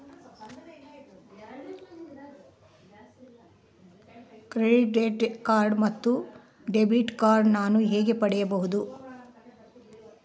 Credit card ಮತ್ತು debit card ನಾನು ಹೇಗೆ ಪಡೆಯಬಹುದು?